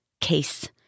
case